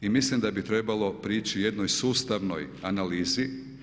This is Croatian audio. I mislim da bi trebalo prići jednoj sustavnoj analizi.